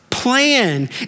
plan